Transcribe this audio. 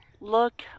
Look